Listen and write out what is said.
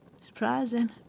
surprising